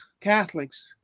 Catholics